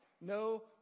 no